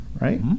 right